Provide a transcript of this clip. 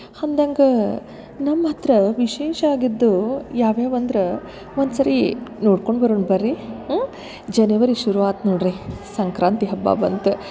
ಅಂದಂಗ ನಮ್ಮ ಹತ್ರ ವಿಶೇಷ ಆಗಿದ್ದು ಯಾವ ಯಾವ ಅಂದ್ರ ಒಂದ್ಸರ್ತಿ ನೋಡ್ಕೊಂಡು ಬರುಣ ಬರ್ರೀ ಹ್ಞೂ ಜನವರಿ ಶುರುವಾತು ನೋಡ್ರಿ ಸಂಕ್ರಾಂತಿ ಹಬ್ಬ ಬಂತು